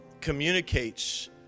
communicates